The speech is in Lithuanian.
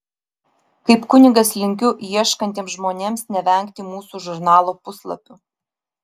kaip kunigas linkiu ieškantiems žmonėms nevengti mūsų žurnalo puslapių